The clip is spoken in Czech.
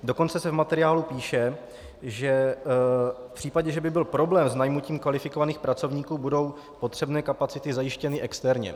Dokonce se v materiálu píše, že v případě, že by byl problém s najmutím kvalifikovaných pracovníků, budou potřebné kapacity zajištěny externě.